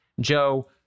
joe